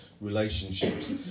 relationships